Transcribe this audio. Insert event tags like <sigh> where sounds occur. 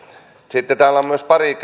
sitten täällä on myös nostettu pariin <unintelligible>